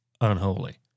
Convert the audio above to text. unholy